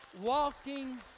walking